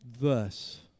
Thus